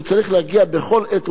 הוא צריך להגיע בכל עת,